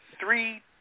three